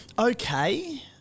Okay